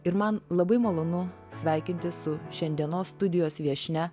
ir man labai malonu sveikintis su šiandienos studijos viešnia